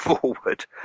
forward